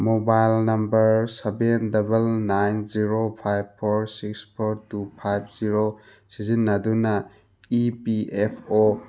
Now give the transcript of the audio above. mobile number seven double nine zero five four six four two five zero ꯁꯤꯖꯤꯟꯅꯗꯨꯅ E P F ꯑꯣ